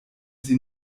sie